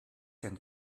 can